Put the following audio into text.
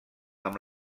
amb